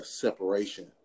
separation